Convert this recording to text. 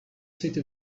state